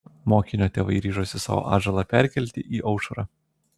mokinio tėvai ryžosi savo atžalą perkelti į aušrą